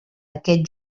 aquest